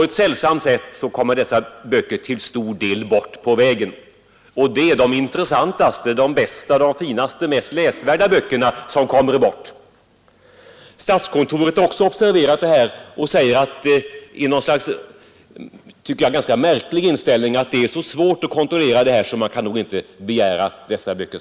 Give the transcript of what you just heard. Tyvärr kommer en stor del av dessa böcker, oftast de intressantaste, finaste och mest läsvärda, bort på vägen. Statskontoret har observerat detta och framhåller — en ganska märklig inställning, tycker jag — att det är så svårt att kontrollera detta och att metoden knappast kan fungera.